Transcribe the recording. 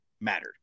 mattered